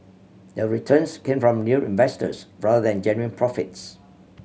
the returns came from new investors rather than genuine profits